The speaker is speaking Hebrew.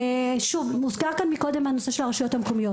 הוזכר כאן קודם נושא הרשויות המרכזיות.